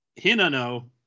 Hinano